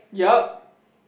yup